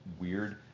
weird